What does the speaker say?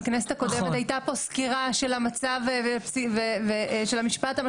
בכנסת הקודמת הייתה פה סקירה של המצב ושל המשפט.